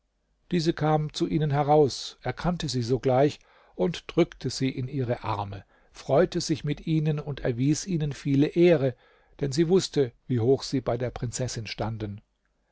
diese kam zu ihnen heraus erkannte sie sogleich und drückte sie in ihre arme freute sich mit ihnen und erwies ihnen viele ehre denn sie wußte wie hoch sie bei der prinzessin standen